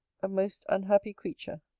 a most unhappy creature.